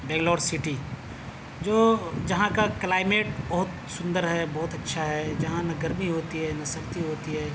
Bangalore city جو جہاں کا کلائمیٹ بہت سندر ہے بہت اچھا ہے جہاں نہ گرمی ہوتی ہے نا سردی ہوتی ہے